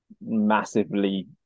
massively